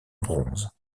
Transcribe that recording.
bronze